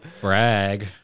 Brag